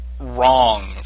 wrong